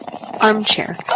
Armchair